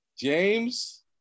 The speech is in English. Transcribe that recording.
James